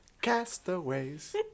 Castaways